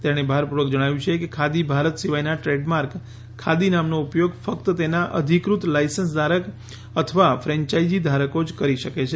તેણે ભારપૂર્વક જણાવ્યું કે ખાદી ભારત સિવાયના દ્રેડમાર્ક ખાદી નામન ઉ થાંત ફક્ત તેના અધિકૃત લાઇસન્સધારક અથવા ફેન્ચાઇઝી ધારક જ કરી શકે છે